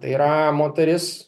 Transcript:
tai yra moteris